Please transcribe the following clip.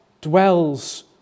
dwells